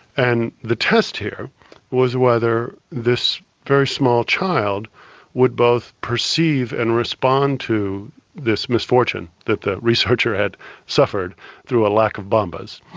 and the test here was whether this very small child would both perceive and respond to this misfortune that the researcher had suffered through a lack of bambas.